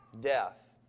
death